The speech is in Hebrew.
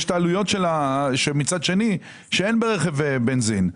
יש את העלויות שמצד שני אין ברכב בנזין.